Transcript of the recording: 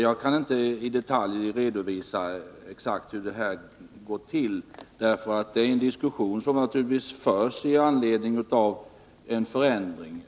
Jag kan inte i detalj redovisa exakt hur det skall gå till. Det är en diskussion som naturligtvis måste föras i samband med en förändring.